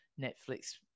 Netflix